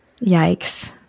yikes